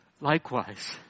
likewise